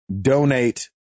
donate